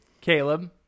Caleb